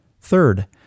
Third